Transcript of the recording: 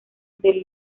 del